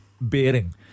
bearing